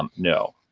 um no.